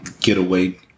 getaway